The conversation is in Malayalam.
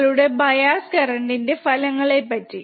നിങ്ങളുടെ ബയാസ് കറന്റ് ന്റെ ഫലങ്ങളെ പറ്റി